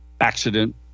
Accident